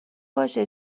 باشه